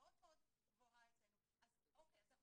אמרתי